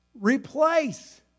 replace